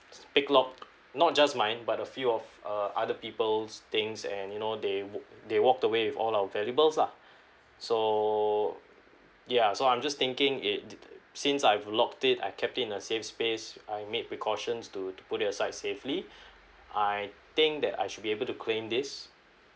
pick locked not just mine but a few of uh other people's things and you know they wa~ they walked away with all our valuables lah so yeah so I'm just thinking it did since I've locked it I've kept it in a safe space I made precautions to to put it aside safely I think that I should be able to claim these